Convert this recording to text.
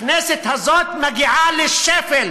הכנסת הזאת מגיעה לשפל.